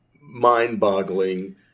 mind-boggling